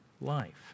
life